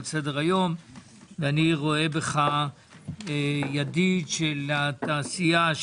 סדר-היום ואני רואה בך ידיד של התעשייה,